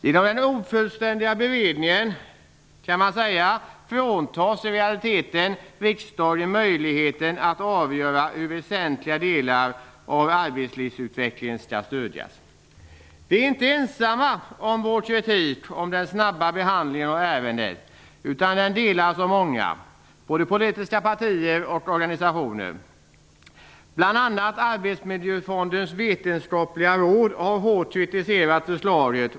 Genom den ofullständiga beredningen kan man säga att riksdagen i realiteten fråntas möjligheten att avgöra hur väsentliga delar av arbetslivsutvecklingen skall stödjas. Vi är inte ensamma om att kritisera den snabba behandlingen av ärendet, utan kritiken delas av många - både av politiska partier och av organisationer. Bl.a. har Arbetsmiljöfondens vetenskapliga råd hårt kritiserat förslaget.